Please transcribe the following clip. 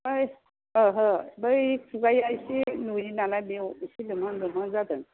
बै ओहो बै खुगाया इसे नुयो नालाय बेयाव एसे लोमहां लोमहां जादों